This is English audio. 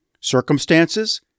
Circumstances